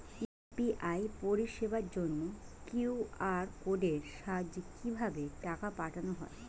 UPI পরিষেবার জন্য QR কোডের সাহায্যে কিভাবে টাকা পাঠানো হয়?